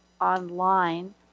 online